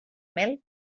mel